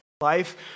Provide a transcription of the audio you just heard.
life